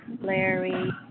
Larry